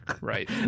right